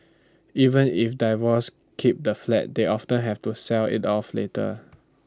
even if divorces keep the flat they often have to sell IT off later